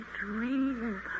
dream